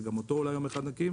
שגם אותו אולי נקים יום אחד.